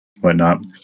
whatnot